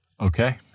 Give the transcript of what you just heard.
Okay